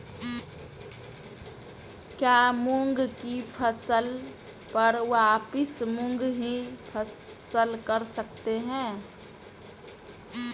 क्या मूंग की फसल पर वापिस मूंग की फसल कर सकते हैं?